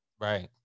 Right